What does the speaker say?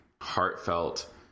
heartfelt